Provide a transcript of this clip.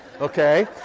Okay